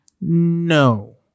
No